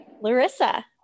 Larissa